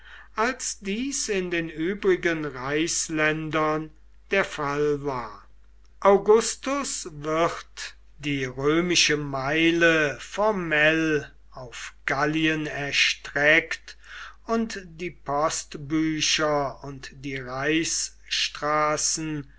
als dies in den übrigen reichsländern der fall war augustus wird die römische meile formell auf gallien erstreckt und die postbücher und die